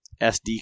SD